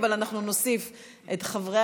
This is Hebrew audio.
אבל אנחנו נוסיף את חברת